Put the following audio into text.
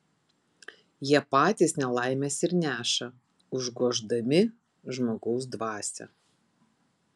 jie patys nelaimes ir neša užgoždami žmogaus dvasią